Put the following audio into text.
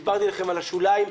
דיברתי אתכם על השוליים,